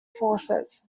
forces